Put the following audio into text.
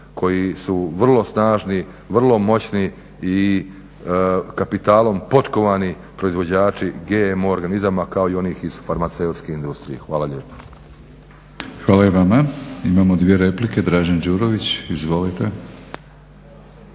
koji su vrlo snažni, vrlo moćni i kapitalom potkovani proizvođači GMO organizama kao i onih iz farmaceutske industrije. Hvala lijepo. **Batinić, Milorad (HNS)** Hvala i vama. Imamo dvije replike. Dražen Đurović, izvolite.